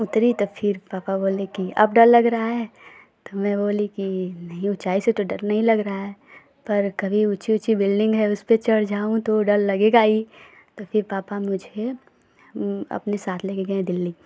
उतरी तो फिर पापा बोले कि अब डर लग रहा है तो मैं बोली कि नहीं ऊँचाई से तो डर नहीं लग रहा है पर कभी ऊँची ऊँची बिल्डिंग है उस पर चढ़ जाऊँ तो डर लगेगा ही तो फिर पापा मुझे अपने से ले कर गए दिल्ली